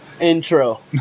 intro